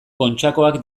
kontxakoak